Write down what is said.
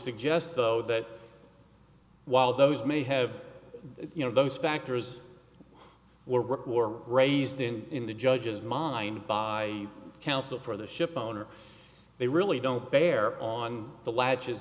suggest though that while those may have you know those factors were raised in the judge's mind by counsel for the ship owner they really don't bear on the la